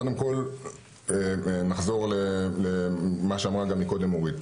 קודם כל נחזור למה שאמרה גם מקודם אורית.